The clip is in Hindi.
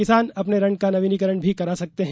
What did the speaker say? किसान अपने ऋण का नवीनीकरण भी करा सकते हैं